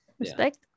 Respect